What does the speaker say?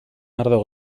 ardo